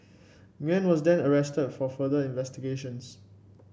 Nguyen was then arrested for further investigations